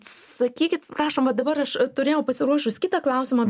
sakykit prašom vat dabar aš turėjau pasiruošus kitą klausimą